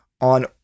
on